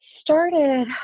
started